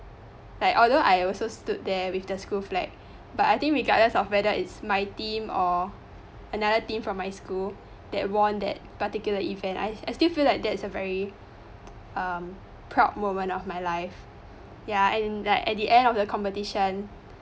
like although I also stood there with the school flag but I think regardless of whether is my team or another team from my school that won that particular event I s~ I still feel like that's a very um proud moment of my life ya and like at the end of the competition